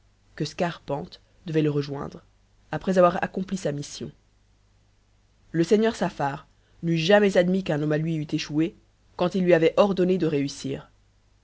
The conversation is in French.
que scarpante devait le rejoindre après avoir accompli sa mission le seigneur saffar n'eût jamais admis qu'un homme à lui eût échoué quand il lui avait ordonné de réussir